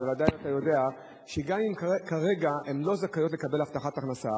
בוודאי אתה יודע שגם אם כרגע הן לא זכאיות לקבל הבטחת הכנסה,